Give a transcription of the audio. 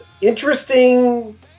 interesting